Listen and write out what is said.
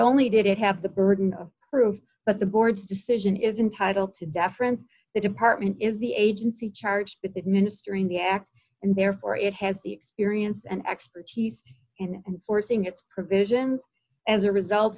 only did it have the burden of proof but the board's decision is entitled to deference the department is the agency charged with administer in the act and therefore it has the experience and expertise and forcing its provisions as a result